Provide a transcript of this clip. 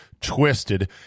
twisted